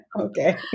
Okay